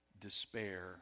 despair